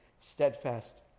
steadfast